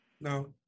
no